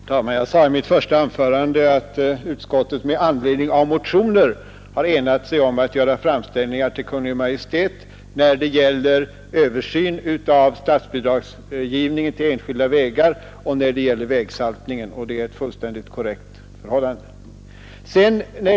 Herr talman! Jag sade i mitt första anförande att utskottet med anledning av motioner har enat sig om att föreslå framställningar till Kungl. Maj:t om en översyn av statsbidragsgivningen till enskilda vägar och en redovisning av försöksoch utredningsverksamheten när det gäller vägsaltningen. Det är fullständigt korrekt.